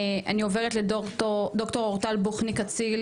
אני עובדת לד"ר אורטל בוחניק אציל,